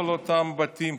כל אותם בתים,